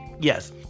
Yes